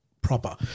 proper